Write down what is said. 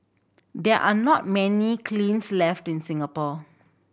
there are not many kilns left in Singapore